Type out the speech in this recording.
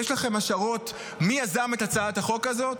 יש לכם השערות מי יזם את הצעת החוק הזאת?